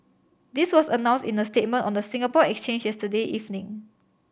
this was announced in a statement on the Singapore Exchanges today evening